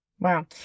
Wow